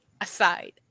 aside